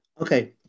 okay